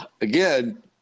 again